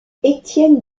étienne